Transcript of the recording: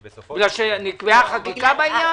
כי בסופו של דבר -- בגלל שנקבעה חקיקה בעניין?